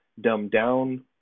dumbed-down